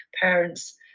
parents